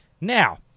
Now